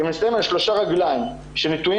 אם מסתכלים על שלוש רגליים שנטועות